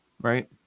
Right